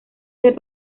ser